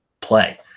play